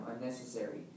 unnecessary